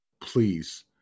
please